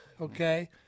okay